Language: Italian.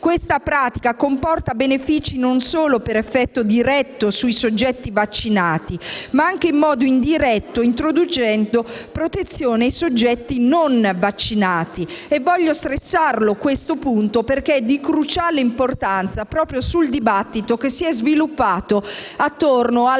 Questa pratica comporta benefici non solo per effetto diretto sui soggetti vaccinati, ma anche in modo indiretto introducendo protezione in soggetti non vaccinati. Vorrei sottolineare con forza questo punto perché è di cruciale importanza proprio per il dibattito che si è sviluppato attorno